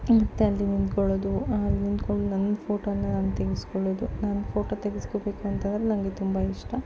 ಮತ್ತೆ ಅಲ್ಲಿ ನಿಂತುಕೊಳ್ಳೋದು ಅಲ್ಲಿ ನಿಂತ್ಕೊಂಡು ನನ್ನ ಫೋಟೋನ ನಾನು ತೆಗೆಸಿಕೊಳ್ಳೋದು ನನ್ನ ಫೋಟೋ ತೆಗೆಸ್ಕೊಬೇಕು ಅಂತ ಅಂದರೆ ನನಗೆ ತುಂಬ ಇಷ್ಟ